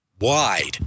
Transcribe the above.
wide